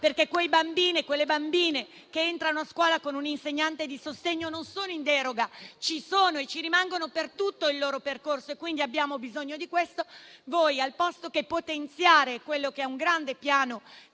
Quei bambini e quelle bambine che entrano a scuola con un insegnante di sostegno non sono in deroga. Ci sono e rimangono per tutto il loro percorso. Quindi, abbiamo bisogno di questo. Voi, invece di potenziare il grande piano